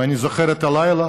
אני זוכר את הלילה